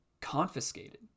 confiscated